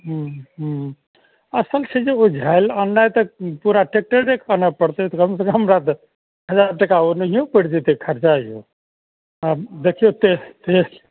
हुँ हुँ असल छै जे ओ झाइल अननाय तऽ पूरा ट्रैक्टरे आनऽ पड़तइ हमरा तऽ हजार टाका ओनाहियो पड़ि जेतय खरचा यो आब देखियो ट्रे ट्रे